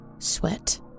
Sweat